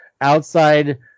outside